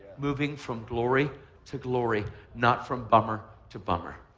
moving from glory to glory, not from bummer to bummer.